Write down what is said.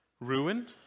Ruin